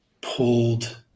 pulled